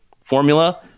formula